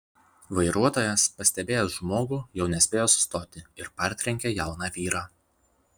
vairuotojas pastebėjęs žmogų jau nespėjo sustoti ir partrenkė jauną vyrą